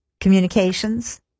communications